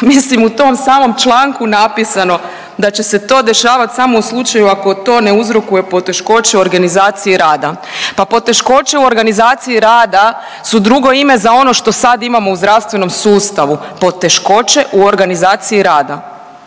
mislim u tom samom članku napisano da će se to dešavat samo u slučaju ako to ne uzrokuje poteškoće u organizaciji rada. Pa poteškoće u organizaciji rada su drugo ime za ono što sad imamo u zdravstvenom sustavu, poteškoće u organizaciji rada.